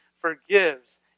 forgives